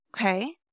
Okay